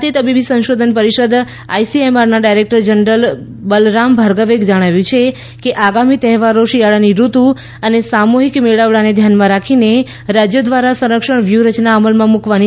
ભારતીય તબીબી સંશોધન પરિષદ આઇસીએમઆરના ડાયરેક્ટર જનરલ બલરામ ભાર્ગવે જણાવ્યું છે કે આગામી તહેવારો શિયાળાની ઋતુ અને સામૂહિક મેળાવડાને ધ્યાનમાં રાખીને રાજ્યો દ્વારા સંરક્ષણ વ્યૂહરચના અમલમાં મૂકવાની જરૂર છે